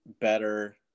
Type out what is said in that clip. better